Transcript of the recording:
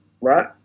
right